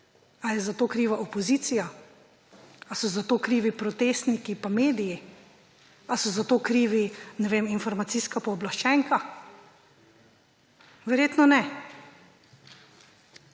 Ali je za to kriva opozicija? Ali so za to krivi protestniki pa mediji? Ali so za to krivi, ne vem, informacijska pooblaščenka? Verjetno ne.